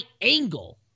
angle